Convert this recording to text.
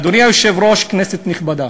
אדוני היושב-ראש, כנסת נכבדה,